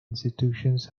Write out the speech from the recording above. institutions